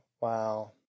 wow